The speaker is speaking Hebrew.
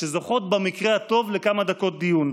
שזוכות במקרה הטוב לכמה דקות דיון.